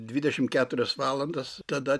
dvidešim keturias valandas tada